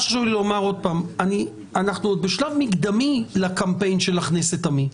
אנחנו עוד בשלב מקדמי לקמפיין של הכנס את עמי,